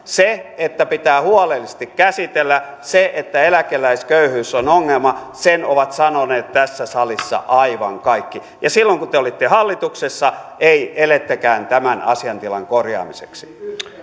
sen että pitää huolellisesti käsitellä se että eläkeläisköyhyys on ongelma ovat sanoneet tässä salissa aivan kaikki ja silloin kun te olitte hallituksessa ei elettäkään tämän asiantilan korjaamiseksi